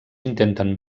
intenten